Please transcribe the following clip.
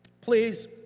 Please